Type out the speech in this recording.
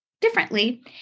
differently